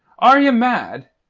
are ye mad?